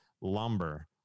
lumber